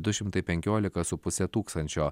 du šimtai penkiolika su puse tūkstančio